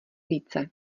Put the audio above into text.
více